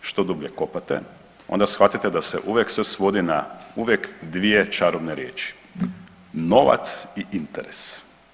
Što dublje kopate onda shvatite da se uvijek sve svodi na uvijek dvije čarobne riječi, novac i interes.